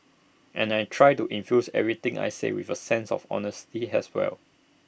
and I try to infuse everything I say with A sense of honesty has well